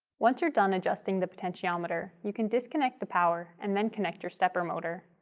once you're done adjusting the potentiometer, you can disconnect the power and then connect your stepper motor.